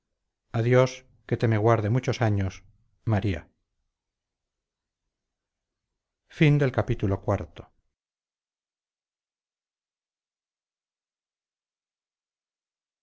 dios que te me guarde muchos años maría